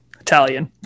Italian